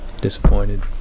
disappointed